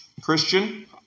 Christian